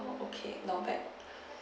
okay not bad